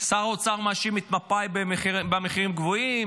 שר האוצר מאשים את מפא"י במחירים הגבוהים,